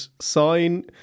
sign